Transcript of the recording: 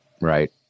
right